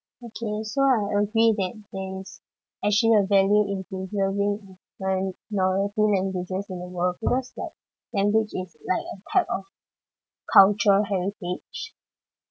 okay so I agree that there is actually a value into hearing wh~ minority languages in the world because like language is like a part of cultural heritage